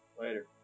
Later